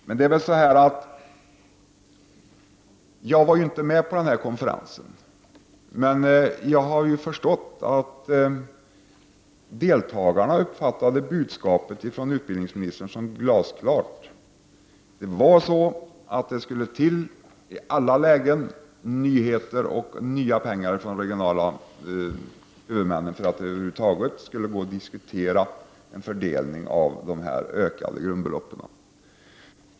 Jag var inte med på den konferens som här har diskuterats, men jag har förstått att deltagarna uppfattade utbildningsministerns budskap som glasklart. Det skulle i alla lägen till nyheter och nya pengar från de regionala huvudmännen för att det över huvud taget skulle gå att diskutera en fördelning av de ökade grundbeloppen.